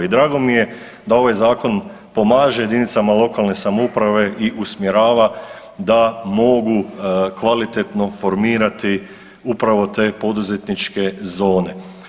I drago mi je da ovaj Zakon pomaže jedinicama lokalne samouprave i usmjerava da mogu kvalitetno formirati upravo te poduzetničke zone.